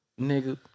Nigga